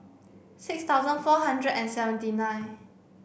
six thousand four hundred and seventy nine